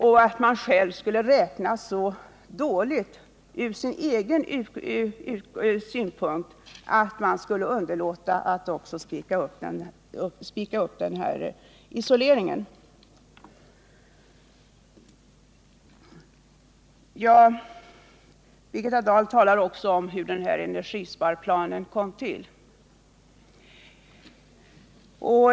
Inte heller tror jag att de räknar så dåligt från sin egen synpunkt att de underlåter att också spika upp isoleringen. Birgitta Dahl talade också om hur energisparplanen kom till.